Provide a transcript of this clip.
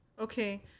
Okay